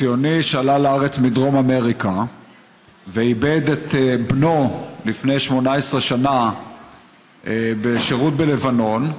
ציוני שעלה לארץ מדרום אמריקה ואיבד את בנו לפני 18 שנה בשירות בלבנון,